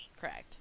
Correct